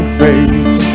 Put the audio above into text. face